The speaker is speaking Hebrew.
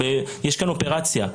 יש כאן אופרציה.